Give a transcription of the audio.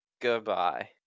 Goodbye